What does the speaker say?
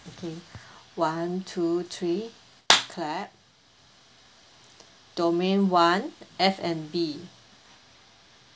okay one two three clap domain one F&B